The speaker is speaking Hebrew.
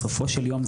בסופו של יום,